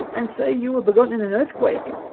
and say you were begotten in an earthquake,